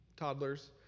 toddlers